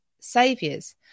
saviors